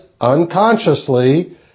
unconsciously